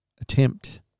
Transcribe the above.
attempt